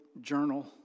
journal